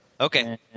Okay